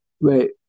Wait